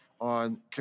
on